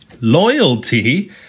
loyalty